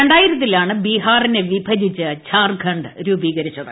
രണ്ടായിരത്തിലാണ് ബിഹാറിനെ വിഭജിച്ച് ഝാർഖണ്ഡ് രൂപീകരിച്ചത്